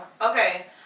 Okay